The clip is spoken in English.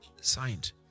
signed